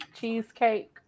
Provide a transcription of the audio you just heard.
cheesecake